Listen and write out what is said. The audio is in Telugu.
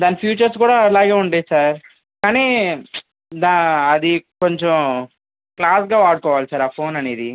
దాని ఫీచర్స్ కూడా అలాగే ఉంటాయి సార్ కానీ దా అది కొంచెం క్లాస్గా వాడుకోవాలి సార్ ఆ ఫోన్ అనేది